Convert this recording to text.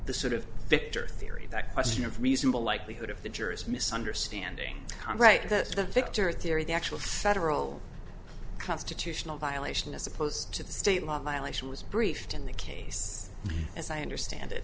the sort of victor theory that question of reasonable likelihood of the jurors misunderstanding that the victor theory the actual federal constitutional violation as opposed to the state law violation was briefed in the case as i understand it